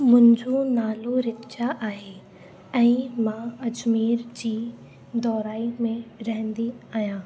मुंहिंजो नालो रिच्चा आहे ऐं मां अजमेर जी दौराई में रहंदी आहियां